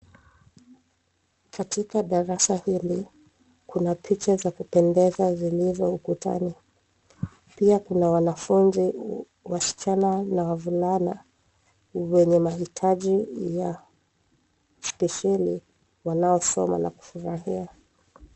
Katika darasa hili, kuna picha za kupendeza zilizo ukutani. Pia kuna wanafunzi, wasichana na wavulana, wenye mahitaji ya spesheli wanaosoma na kufurahia.